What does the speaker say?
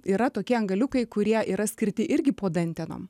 yra tokie angaliukai kurie yra skirti irgi po dantenom